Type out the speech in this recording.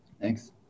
Thanks